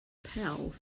pal